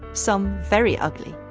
some, very ugly.